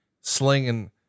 slinging